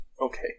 okay